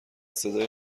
صدای